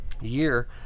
year